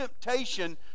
temptation